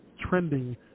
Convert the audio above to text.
trending